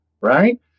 right